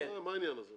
מה העניין הזה?